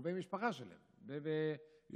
קרובי משפחה שלהם בירושלים,